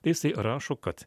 tai jisai rašo kad